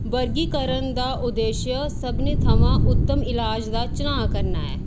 वर्गीकरण दा उद्देश सभनें थमां उत्तम अलाज दा चनांऽ करना ऐ